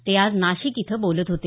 ते आज नाशिक इथं बोलत होते